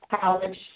college